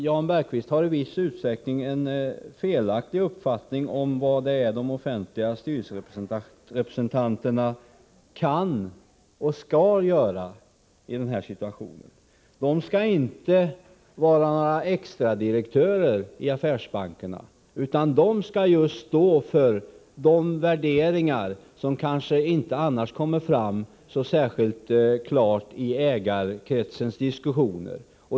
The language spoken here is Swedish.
Jan Bergqvist har i viss utsträckning en felaktig uppfattning om vad de offentliga styrelserepresentanterna kan och skall göra i den här situationen. De skall inte vara några extradirektörer i affärsbankerna, utan de skall just stå för de värderingar som kanske inte annars kommer fram så särskilt klart i ägarkretsens diskussioner.